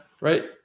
right